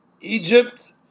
Egypt